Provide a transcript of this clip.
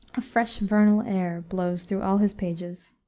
a fresh vernal air blows through all his pages.